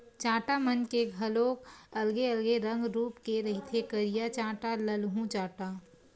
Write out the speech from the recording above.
चाटा मन के घलोक अलगे अलगे रंग रुप के रहिथे करिया चाटा, ललहूँ चाटा